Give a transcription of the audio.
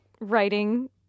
writing